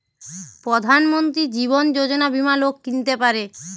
প্রধান মন্ত্রী জীবন যোজনা বীমা লোক কিনতে পারে